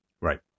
Right